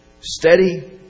steady